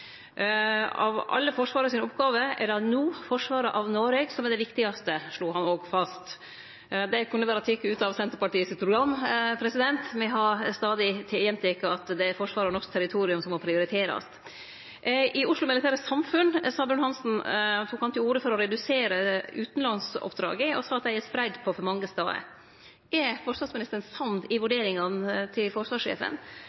Av alle Forsvaret sine oppgåver er det no forsvaret av Noreg som er det viktigaste, slo han òg fast. Det kunne vore teke ut av Senterpartiet sitt program – me har stadig gjenteke at det er forsvaret av norsk territorium som må prioriterast. I Oslo Militære Samfund tok Bruun-Hanssen til orde for å redusere utanlandsoppdraget, og sa at dei er spreidde på for mange stader. Er forsvarsministeren samd i